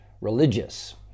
religious